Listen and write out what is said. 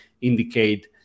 indicate